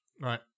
right